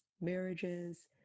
marriages